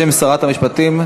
בשם שרת המשפטים,